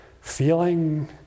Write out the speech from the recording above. feeling